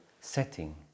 setting